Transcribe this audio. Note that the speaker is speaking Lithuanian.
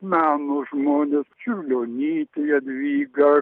meno žmonės čiurlionytė jadvyga